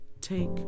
take